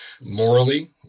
morally